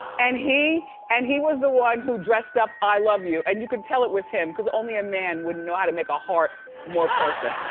and and he was the one who dressed up i love you. and you can tell it was him. cause only a man wouldn't know how to make a heart more